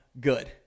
good